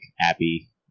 Abby